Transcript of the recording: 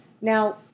Now